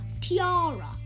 Tiara